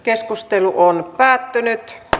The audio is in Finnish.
keskustelu päättyi